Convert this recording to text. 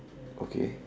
okay